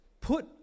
put